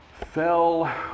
fell